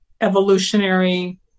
evolutionary